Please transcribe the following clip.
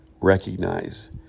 recognize